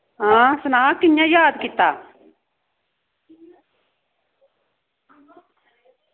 हां सनां कि'यां याद कीत्ता